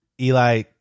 Eli